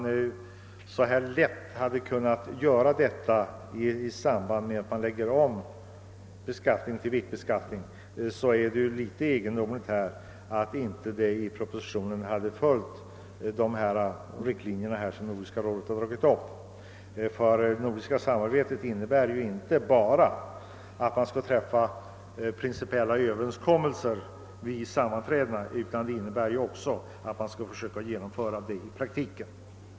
När man hade kunnat göra det så enkelt i samband med att beskattningen läggs om till viktbeskattning är det litet egendomligt att propositionen inte har följt Nordiska rådets riktlinjer. Det nordiska samarbetet innebär ju inte bara att man skall träffa principiella överenskommelser vid sammanträden, utan det innebär också att man skall försöka förverkliga överenskommelserna i praktiken.